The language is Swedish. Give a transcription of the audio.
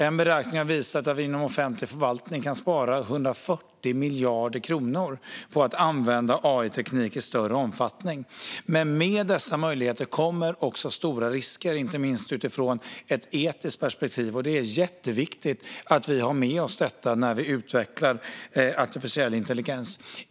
En beräkning har visat att vi inom offentlig förvaltning kan spara 140 miljarder kronor på att använda AI-teknik i större omfattning. Med dessa möjligheter kommer dock också stora risker, inte minst utifrån ett etiskt perspektiv. Det är jätteviktigt att vi har med oss detta när vi utvecklar artificiell intelligens.